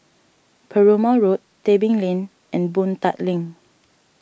Perumal Road Tebing Lane and Boon Tat Link